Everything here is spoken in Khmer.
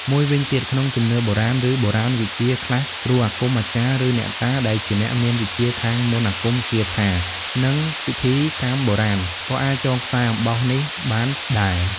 មួយវិញទៀត ក្នុងជំនឿបុរាណ ឬបូរាណវិទ្យាខ្លះ គ្រូអាគម អាចារ្យ ឬអ្នកតា ដែលជាអ្នកមានវិជ្ជាខាងមន្តអាគមគាថា និងពិធីកម្មបុរាណ ក៏អាចចងខ្សែអំបោះនេះបានដែរ។